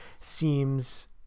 seems